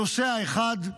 הנושא האחד,